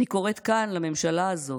אני קוראת כאן לממשלה הזאת: